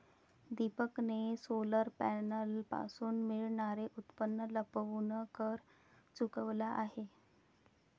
दीपकने सोलर पॅनलपासून मिळणारे उत्पन्न लपवून कर चुकवला आहे